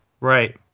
Right